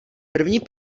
první